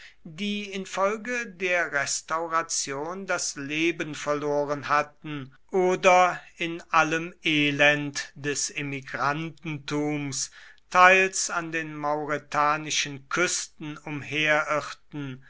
die infolge der restauration das leben verloren hatten oder in allem elend des emigrantenrums teils an den mauretanischen küsten